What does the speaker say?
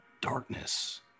darkness